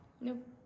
Nope